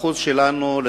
האחוז שלנו,